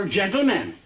gentlemen